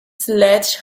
sledge